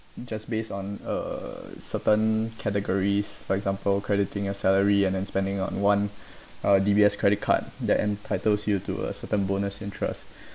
just based on uh certain categories for example crediting a salary and then spending on one uh D_B_S credit card that entitles you to a certain bonus interest